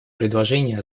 предложения